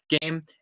game